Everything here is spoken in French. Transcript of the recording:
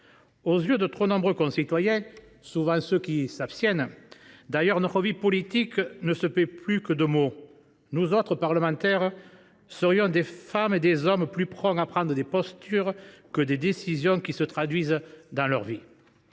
Aux yeux de trop nombreux concitoyens – souvent abstentionnistes d’ailleurs –, notre vie politique ne se paie plus que de mots. Nous autres, parlementaires, serions des femmes et des hommes plus prompts à prendre des postures que des décisions qui se traduisent dans leur vie.